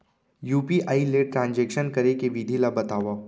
UPI ले transaction करे के विधि ला बतावव?